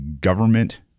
government